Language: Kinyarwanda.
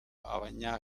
abanya